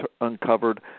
uncovered